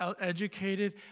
educated